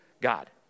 God